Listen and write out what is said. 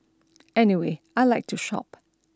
anyway I like to shop